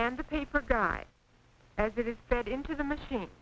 and the paper guide as it is fed into the machine